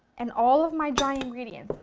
and all of my dry ingredients,